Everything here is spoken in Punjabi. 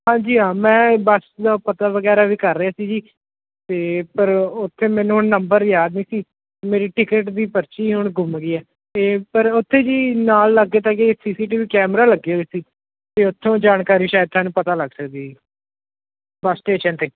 ਹਾਂਜੀ ਹਾਂ ਮੈਂ ਬਸ ਦਾ ਪਤਾ ਵਗੈਰਾ ਵੀ ਕਰ ਰਿਹਾ ਸੀ ਜੀ ਅਤੇ ਪਰ ਉੱਥੇ ਮੈਨੂੰ ਹੁਣ ਨੰਬਰ ਯਾਦ ਨਹੀਂ ਸੀ ਮੇਰੀ ਟਿਕਟ ਦੀ ਪਰਚੀ ਹੁਣ ਗੁੰਮ ਗਈ ਹੈ ਅਤੇ ਪਰ ਉੱਥੇ ਜੀ ਨਾਲ ਲਾਗੇ ਤਾਗੇ C C T V camera ਲੱਗੇ ਹੋਏ ਸੀ ਅਤੇ ਉੱਥੋਂ ਜਾਣਕਾਰੀ ਸ਼ਾਇਦ ਤੁਹਾਨੂੰ ਪਤਾ ਲੱਗ ਸਕਦੀ ਹੈ ਜੀ ਬੱਸ ਸਟੇਸ਼ਨ 'ਤੇ